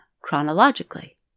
chronologically